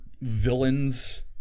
villain's